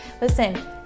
Listen